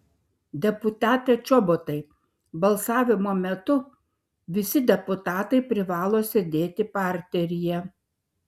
deputate čobotai balsavimo metu visi deputatai privalo sėdėti parteryje